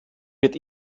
wird